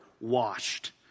washed